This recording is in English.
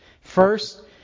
First